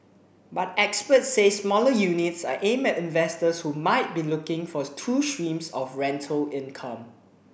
but experts say smaller units are aimed at investors who might be looking for two streams of rental income